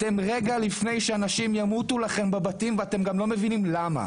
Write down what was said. אתם רגע לפני שאנשים ימותו לכם בבתים ואתם גם לא מבינים למה.